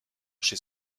chez